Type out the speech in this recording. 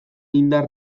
indar